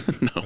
No